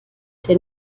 der